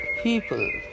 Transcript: people